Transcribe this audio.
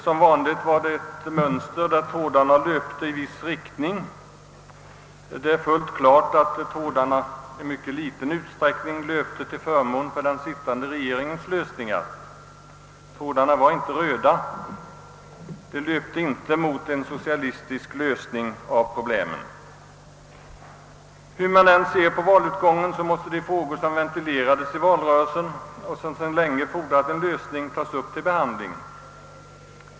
Som vanligt var det ett mönster där trådarna löpte i viss riktning. Det är fullt klart att trådarna i mycket liten utsträckning löpte till förmån för den sittande regeringens lösningar; trådarna var inte röda och de löpte inte mot en socialistisk lösning av problemen. Hur man än bedömer valutgången måste de frågor, som ventilerades i val rörelsen och som länge pockat på en lösning, tas upp till behandling.